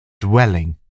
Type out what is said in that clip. dwelling